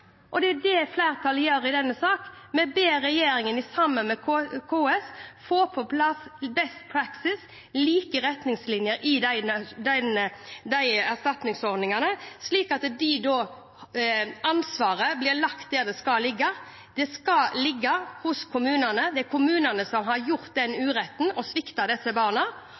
og det er det flertallet gjør i denne sak. Vi ber regjeringen sammen med KS få på plass en beste praksis, like retningslinjer i de erstatningsordningene, slik at ansvaret blir lagt der det skal ligge. Det skal ligge hos kommunene – det er kommunene som har gjort den uretten det er å svikte disse barna.